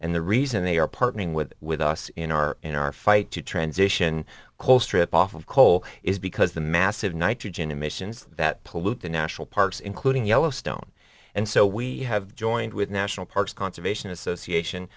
and the reason they are partnering with with us in our in our fight to transition coal strip off of coal is because the massive nitrogen emissions that pollute the national parks including yellowstone and so we have joined with national parks conservation association